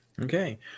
Okay